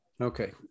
Okay